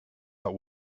that